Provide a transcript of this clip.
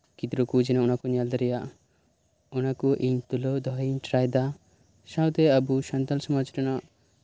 ᱜᱤᱫᱽᱨᱟᱹ ᱠᱚ ᱡᱮ ᱚᱱᱟ ᱠᱚ ᱧᱮᱞ ᱫᱟᱲᱮᱭᱟᱜ ᱚᱱᱟ ᱠᱚ ᱤᱧ ᱛᱩᱞᱟᱹᱣ ᱫᱚᱦᱚᱧ ᱴᱨᱟᱭ ᱫᱟ ᱥᱟᱶᱛᱮ ᱟᱵᱚ ᱥᱟᱱᱛᱟᱲ ᱥᱚᱢᱟᱡᱽ ᱨᱮᱱᱟᱜ